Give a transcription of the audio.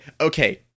okay